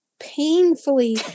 painfully